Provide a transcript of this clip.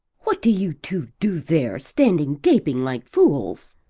what do you two do there, standing gaping like fools?